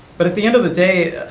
but at the end of the day,